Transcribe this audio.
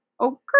Okay